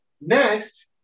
next